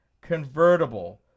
convertible